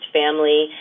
family